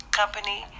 company